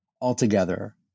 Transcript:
altogether